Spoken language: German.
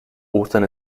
ostern